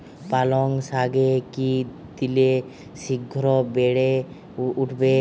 পালং শাকে কি দিলে শিঘ্র বেড়ে উঠবে?